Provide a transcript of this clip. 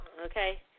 Okay